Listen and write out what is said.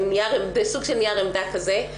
סוג של נייר עמדה כזה.